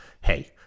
hey